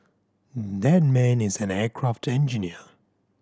that man is an aircraft engineer